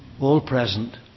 all-present